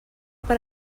per